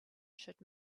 should